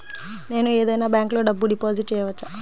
నేను ఏదైనా బ్యాంక్లో డబ్బు డిపాజిట్ చేయవచ్చా?